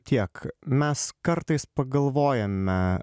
tiek mes kartais pagalvojame